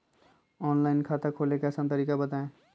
Online खाता खोले के आसान तरीका बताए?